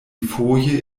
foje